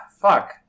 fuck